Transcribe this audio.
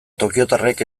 tokiotarrek